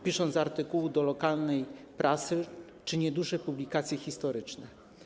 Pisał artykuły do lokalnej prasy czy nieduże publikacje historyczne.